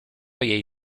jej